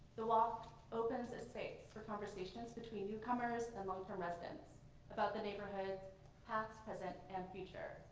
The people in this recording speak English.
the walk opens a space for conversations between new combers and long-term residents about the neighborhood's past, present, and future.